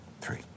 three